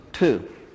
Two